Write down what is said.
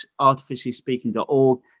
artificiallyspeaking.org